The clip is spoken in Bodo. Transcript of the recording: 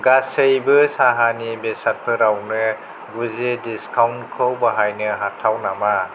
गासैबो साहानि बेसादफोरावनो गुजि डिसकाउन्टखौ बाहायनो हाथाव नामा